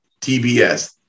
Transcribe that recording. TBS